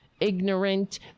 ignorant